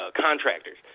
contractors